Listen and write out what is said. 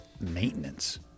maintenance